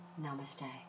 namaste